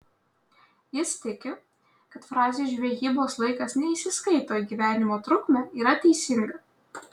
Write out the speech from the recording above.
jis tiki kad frazė žvejybos laikas neįsiskaito į gyvenimo trukmę yra teisinga